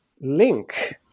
link